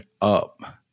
up